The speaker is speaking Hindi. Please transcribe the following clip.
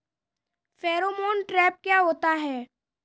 फेरोमोन ट्रैप क्या होता है?